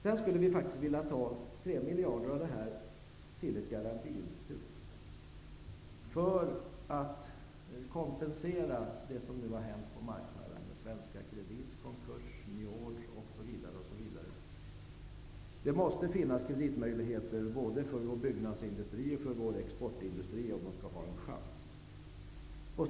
Sedan skulle vi vilja ta 3 miljarder till ett garantiinstitut, för att kompensera för det som nu har hänt på marknaden med Svenska Kredits och Njords konkurs, osv. Det måste finnas kreditmöjligheter för vår byggnadsindustri och exportindustri om de skall ha en chans.